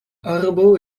arbo